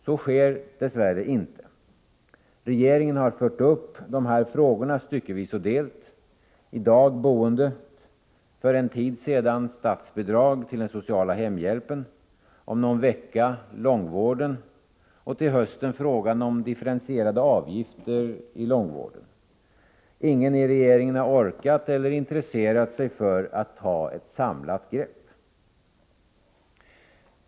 Så sker dess värre inte. Regeringen har fört upp frågorna styckevis och delt: i dag boendet, för en tid sedan statsbidrag till den sociala hemhjälpen, om någon vecka långvården, och till hösten frågan om differentierade avgifter inom långvården. Ingen i regeringen har orkat eller intresserat sig för att ta ett samlat grepp.